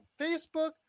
Facebook